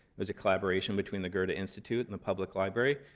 was a collaboration between the goethe but institute and the public library.